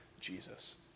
Jesus